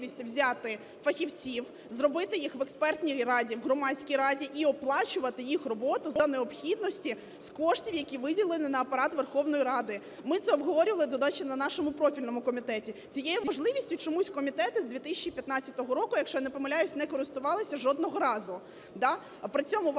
можливість взяти фахівців, зробити їх в експертній раді, в громадській раді і оплачувати їх роботу за необхідності з коштів, які виділені на Апарат Верховної Ради. Ми це обговорювали, до речі, на нашому профільному комітеті. Цією можливістю чомусь комітети з 2015 року, якщо я не помиляюсь, не користувались жодного разу.